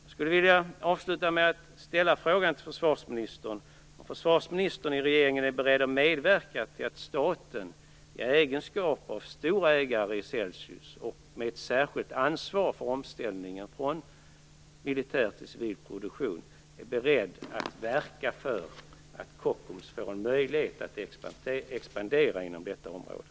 Jag skulle vilja avsluta med att fråga försvarsministern om han i regeringen är beredd att medverka till att staten, i egenskap av stor ägare i Celsius och med ett särskilt ansvar för omställningen från militär till civil produktion, verkar för att Kockums får en möjlighet att expandera inom detta område.